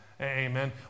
Amen